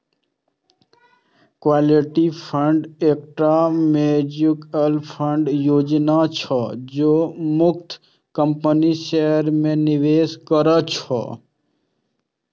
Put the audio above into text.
equity fund एकटा mutual fund योजना छियै, जे मुख्यतः कंपनीक शेयर मे निवेश करै छै